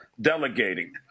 delegating